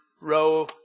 row